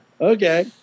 Okay